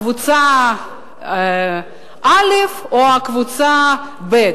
קבוצה א' או קבוצה ב'?